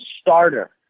starter